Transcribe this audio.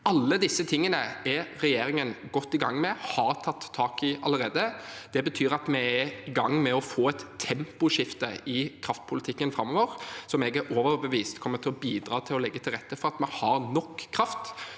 Alle disse tingene er regjeringen godt i gang med og har tatt tak i allerede. Det betyr at vi er i gang med å få et temposkifte i kraftpolitikken framover, som jeg er overbevist om at kommer til å bidra til å legge til rette for at vi har nok kraft